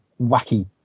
wacky